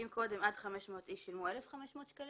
אם קודם עד 500 איש שילמו 1,500 שקלים,